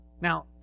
Now